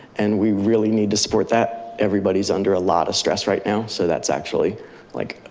and we really need to support that. everybody's under a lot of stress right now. so that's actually like,